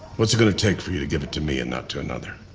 what's it gonna take for you to give it to me and not to another?